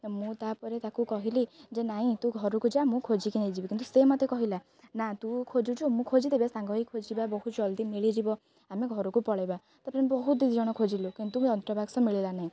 ମୁଁ ତା'ପରେ ତାକୁ କହିଲି ଯେ ନାଇଁ ତୁ ଘରକୁ ଯାଆ ମୁଁ ଖୋଜିକି ନେଇଯିବି କିନ୍ତୁ ସେ ମୋତେ କହିଲା ନା ତୁ ଖୋଜୁଛୁ ମୁଁ ଖୋଜିଦେବି ଆଉ ସାଙ୍ଗ ହେଇ ଖୋଜିବା ବହୁତ ଜଲ୍ଦି ମିଳିଯିବ ଆମେ ଘରକୁ ପଳାଇବା ତା'ପରେ ବହୁତ ଦୁଇ ଜଣ ଖୋଜିଲୁ କିନ୍ତୁ ଯନ୍ତ୍ରବାକ୍ସ ମିଳିଲା ନାହିଁ